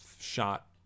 shot